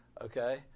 okay